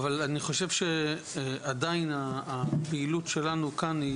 אבל אני חושב שעדיין הפעילות שלנו כאן היא